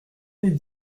n’est